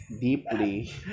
deeply